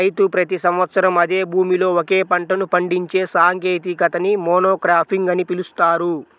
రైతు ప్రతి సంవత్సరం అదే భూమిలో ఒకే పంటను పండించే సాంకేతికతని మోనోక్రాపింగ్ అని పిలుస్తారు